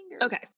Okay